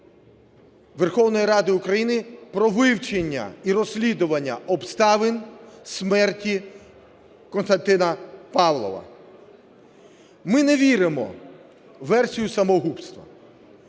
Верховної Ради України про вивчення і розслідування обставин смерті Костянтина Павлова. Ми не віримо у версію самогубства.